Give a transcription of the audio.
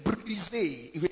briser